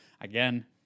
Again